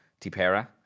Tipera